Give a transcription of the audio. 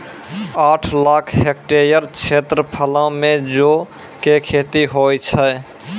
आठ लाख हेक्टेयर क्षेत्रफलो मे जौ के खेती होय छै